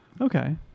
Okay